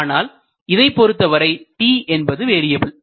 ஆனால் இதைப் பொருத்தவரை t என்பது வேரியபில்